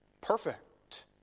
perfect